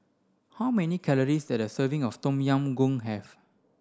how many calories does a serving of Tom Yam Goong have